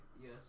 Yes